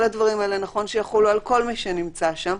כל הדברים האלה, נכון שיחולו על כל מי שנמצא שם.